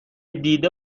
دیده